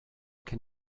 can